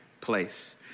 place